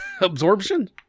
Absorption